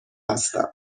هستم